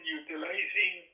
utilizing